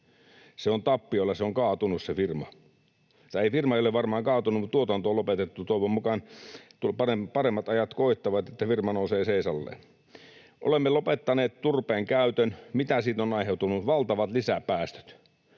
on tappiolla, se on kaatunut. Tai firma ei ole varmaan kaatunut, mutta tuotanto on lopetettu. Toivon mukaan paremmat ajat koittavat, että firma nousee seisaalleen. Olemme lopettaneet turpeen käytön. Mitä siitä on aiheutunut? Valtavat lisäpäästöt.